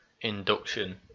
induction